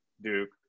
Duke